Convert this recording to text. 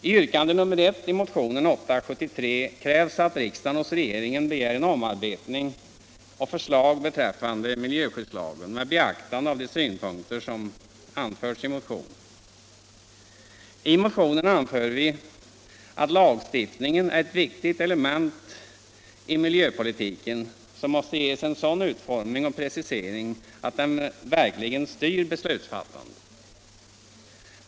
I yrkandet nr 1 i motionen 873 krävs att riksdagen hos regeringen begär omarbetning och förslag beträffande miljöskyddslagen med beaktande av de synpunkter som i motionen anförts. I motionen anför vi att lagstiftningen är ett viktigt element i miljöpolitiken, som måste ges en sådan utformning och precisering att den verkligen styr beslutsfattandet.